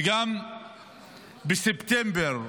וגם בספטמבר,